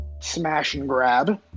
smash-and-grab